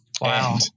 Wow